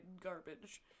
garbage